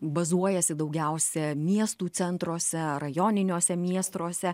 bazuojasi daugiausia miestų centruose rajoniniuose miestruose